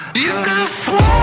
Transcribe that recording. beautiful